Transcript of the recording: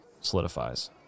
solidifies